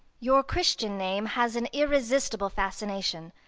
your christian name has an irresistible fascination.